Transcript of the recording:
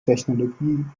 technologie